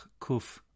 Kuf